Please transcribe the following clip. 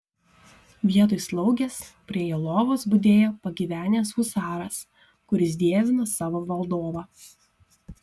vietoj slaugės prie jo lovos budėjo pagyvenęs husaras kuris dievino savo valdovą